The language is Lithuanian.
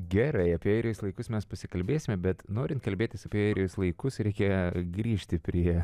gerai apie airijos laikus mes pasikalbėsime bet norint kalbėtis apie airijos laikus reikia grįžti prie